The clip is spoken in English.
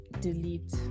delete